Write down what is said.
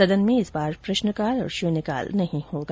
सदन में इस बार प्रश्नकाल और शून्यकाल नहीं होगा